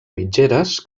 mitgeres